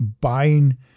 buying